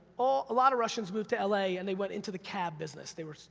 ah a lot of russians moved to l a, and they went into the cab business, they were,